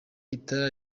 itara